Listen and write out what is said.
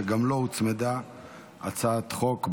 שגם לו הוצמדה הצעת חוק בעניין.